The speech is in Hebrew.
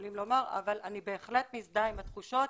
אני בהחלט מזדהה עם התחושות